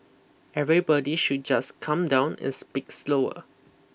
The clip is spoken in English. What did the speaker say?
everybody should just calm down and speak slower